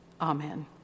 Amen